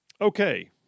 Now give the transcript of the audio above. Okay